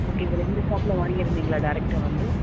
okay இதில் இந்த ஷாப்பில் வாங்கியிருந்திங்களா டேரெக்டாக வந்து